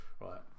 Right